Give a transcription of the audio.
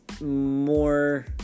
more